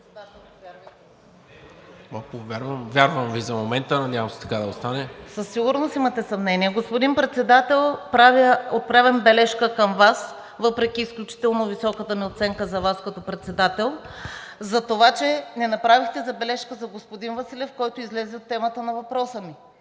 сигурност имате съмнение. Господин Председател, отправям бележка към Вас, въпреки изключително високата ми оценка за Вас като председател, за това, че не направихте забележка за господин Василев, който излезе от темата на въпроса ми.